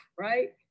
right